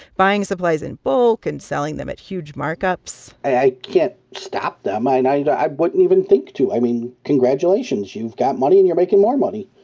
buying supplies in bulk and selling them at huge markups i can't stop them. i and i and wouldn't even think to. i mean, congratulations, you've got money and you're making more money.